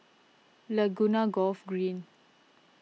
Laguna Golf Green